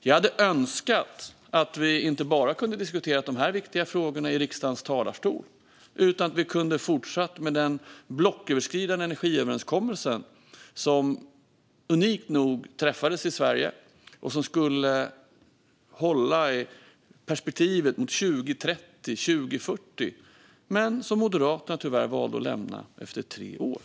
Jag önskar dock att vi hade kunnat diskutera dessa frågor inte bara i riksdagens talarstol utan även i den unika blocköverskridande energiöverenskommelse som träffades i Sverige och som skulle hålla i perspektivet mot 2030-2040. Men tyvärr valde Moderaterna att lämna den efter tre år.